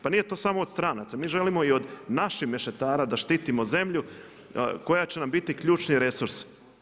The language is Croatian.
Pa nije to samo od stranaca, mi želimo i od naših mešetara da štitimo zemlju koja će nam biti ključni resurs.